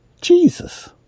Jesus